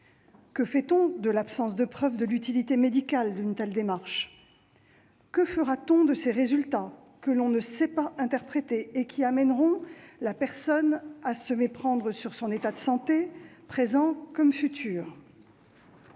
Que fait-on de l'absence de preuve de l'utilité médicale d'une telle démarche ? Que fera-t-on de ces résultats que l'on ne sait pas interpréter et qui amèneront la personne à se méprendre sur son état de santé, présent comme futur ?